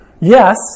yes